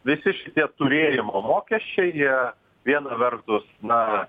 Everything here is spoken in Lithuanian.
visi šitie turėjimo mokesčiai jie viena vertus na